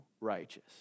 righteous